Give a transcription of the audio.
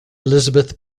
elizabeth